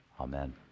Amen